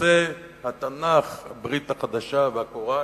בנושא התנ"ך, הברית החדשה והקוראן,